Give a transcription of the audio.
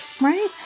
Right